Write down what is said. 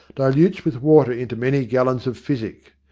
dilutes with water into many gallons of physic.